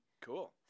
Cool